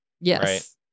Yes